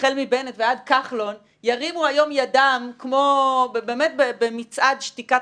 החל מבנט ועד כחלון ירימו היום ידם כמו באמת במצעד שתיקת